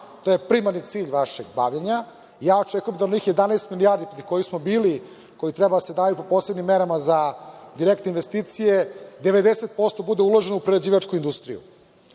To je primarni cilj vašeg bavljenja. Ja očekujem da onih 11 milijardi pred kojih smo bili, koje treba da se daju po posebnim merama za direktne investicije, 90% bude uloženo u prerađivačku industriju.